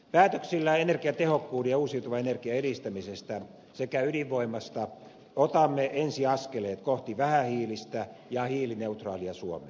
päätöksillä energiatehokkuuden ja uusiutuvan energian edistämisestä sekä ydinvoimasta otamme ensi askeleet kohti vähähiilistä ja hiilineutraalia suomea